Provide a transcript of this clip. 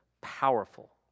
powerful